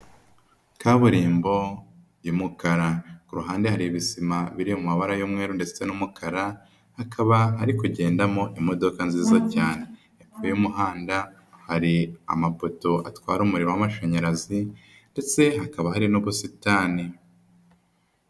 Kaburimbo y'umukara. Ku ruhande hari ibisima biri mu mabara y'umweru ndetse n'umukara, hakaba hari kugendamo imodoka nziza cyane. Hepfo y'umuhanda hari amapoto atwara umuriro w'amashanyarazi ndetse hakaba hari n'ubusitani.